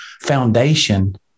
foundation